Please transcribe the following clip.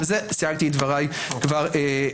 בזה סיימתי דבריי מראש.